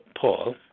Paul